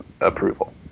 approval